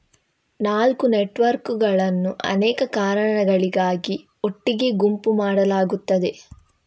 ನಾಲ್ಕು ನೆಟ್ವರ್ಕುಗಳನ್ನು ಅನೇಕ ಕಾರಣಗಳಿಗಾಗಿ ಒಟ್ಟಿಗೆ ಗುಂಪು ಮಾಡಲಾಗುತ್ತದೆ